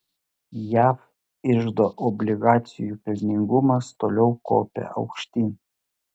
jav iždo obligacijų pelningumas toliau kopia aukštyn